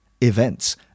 events